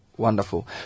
Wonderful